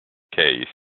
case